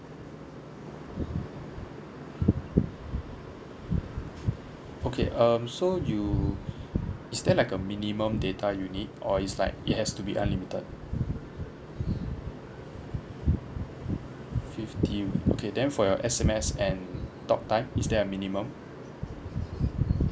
okay um so you is there like a minimum data you need or is like it has to be unlimited fifty okay then for your S_M_S and talk time is there a minimum